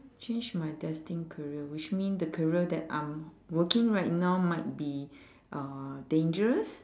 change my destined career which mean the career that I'm working right now might be uh dangerous